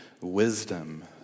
wisdom